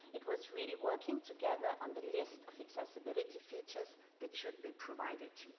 it was really working together on the list of accessibility features that should be provided.